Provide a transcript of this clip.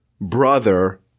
brother